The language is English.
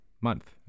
month